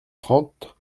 trente